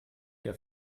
der